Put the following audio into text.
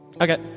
Okay